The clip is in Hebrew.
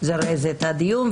שזרז את הדיון,